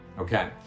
Okay